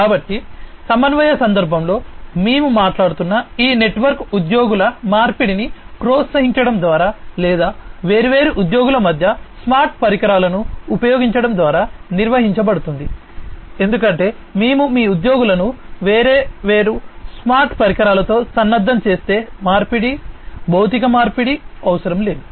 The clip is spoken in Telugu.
కాబట్టి సమన్వయ సందర్భంలో మేము మాట్లాడుతున్న ఈ నెట్వర్క్ ఉద్యోగుల మార్పిడిని ప్రోత్సహించడం ద్వారా లేదా వేర్వేరు ఉద్యోగుల మధ్య స్మార్ట్ పరికరాలను ఉపయోగించడం ద్వారా నిర్వహించబడుతుంది ఎందుకంటే మేము మీ ఉద్యోగులను వేర్వేరు స్మార్ట్ పరికరాలతో సన్నద్ధం చేస్తే మార్పిడి భౌతిక మార్పిడి అవసరం లేదు